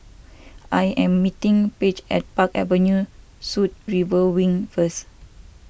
I am meeting Page at Park Avenue Suites River Wing first